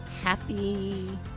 happy